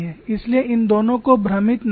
इसलिए इन दोनों को भ्रमित न करें